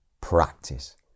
Practice